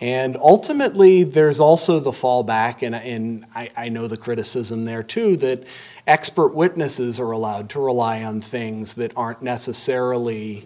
and ultimately there is also the fall back in i know the criticism there too that expert witnesses are allowed to rely on things that aren't necessarily